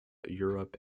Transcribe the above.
europe